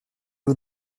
you